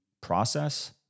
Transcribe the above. process